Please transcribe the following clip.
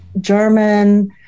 German